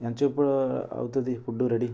ఎంత సేపు అవుతుంది ఫుడ్డు రెడీ